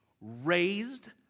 raised